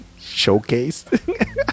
showcased